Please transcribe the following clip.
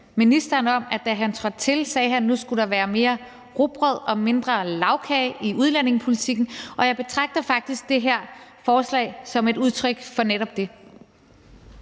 ministeren om, at da han trådte til, sagde han, at nu skulle der være mere rugbrød og mindre lagkage i udlændingepolitikken, og jeg betragter faktisk det her forslag som et udtryk for netop det.